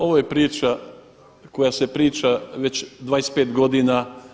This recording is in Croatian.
Ovo je priča koja se priča već 25 godina.